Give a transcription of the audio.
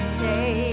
say